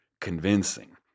convincing